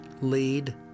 lead